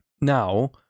Now